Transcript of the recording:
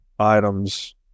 items